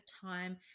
time